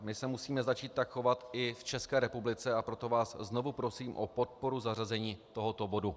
My se musíme začít tak chovat i v České republice, a proto vás znovu prosím o podporu zařazení tohoto bodu.